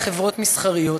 לחברות מסחריות.